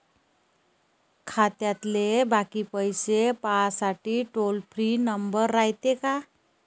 खात्यातले बाकी पैसे पाहासाठी टोल फ्री नंबर रायते का?